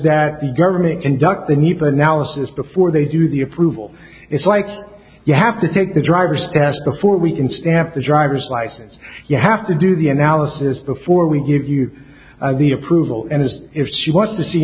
that the government conduct the need for analysis before they do the approval it's like you have to take the driver's test before we can stamp the driver's license you have to do the analysis before we give you the approval and as if she wants to see